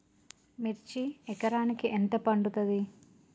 మిర్చి ఎకరానికి ఎంత పండుతది?